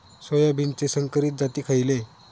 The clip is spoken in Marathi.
सोयाबीनचे संकरित जाती खयले?